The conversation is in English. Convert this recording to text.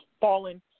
fallen